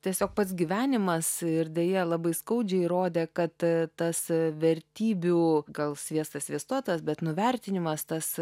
tiesiog pats gyvenimas ir deja labai skaudžiai įrodė kad tas vertybių gal sviestas sviestuotas bet nuvertinimas tas